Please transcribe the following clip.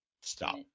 Stop